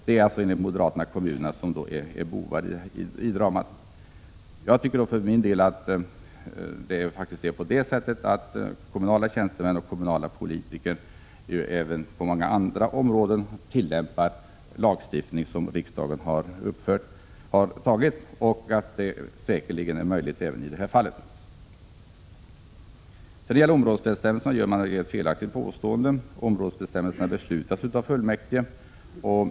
Det är enligt moderaterna kommunerna som är bovarna i dramat. Jag tycker att det tidigare har visat sig att kommunala tjänstemän och kommunala politiker följer de lagar som riksdagen har beslutat, och det kommer de säkerligen att göra också i detta fall. I fråga om områdesbestämmelserna gör man ett helt felaktigt påstående. Områdesbestämmelser beslutas av kommunfullmäktige.